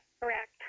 Correct